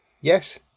Yes